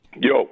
Yo